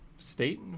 state